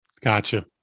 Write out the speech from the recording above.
Gotcha